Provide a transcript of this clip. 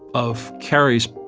of carrie's